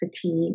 fatigue